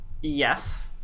Yes